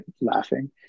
laughing